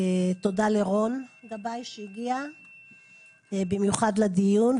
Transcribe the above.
תודה לרון גבאי שהגיע במיוחד לדיון,